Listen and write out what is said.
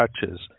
touches